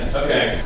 okay